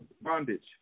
bondage